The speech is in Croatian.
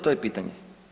To je pitanje.